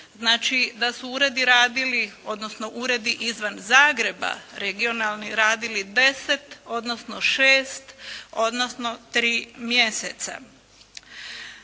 odnosno uredi izvan Zagreba regionalni radili 10 odnosno 6 odnosno 3 mjeseca.